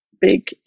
big